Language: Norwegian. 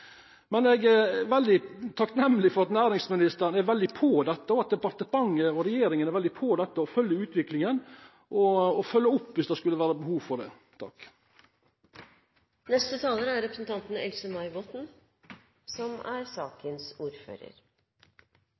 Men eg er veldig takknemleg for at næringsministeren, departementet og regjeringa er veldig på dette, og at dei følgjer utviklinga og følgjer opp viss det skulle vera behov for det. Det er bra at det er